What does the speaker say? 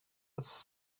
was